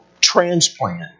transplant